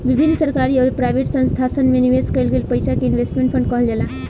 विभिन्न सरकारी अउरी प्राइवेट संस्थासन में निवेश कईल गईल पईसा के इन्वेस्टमेंट फंड कहल जाला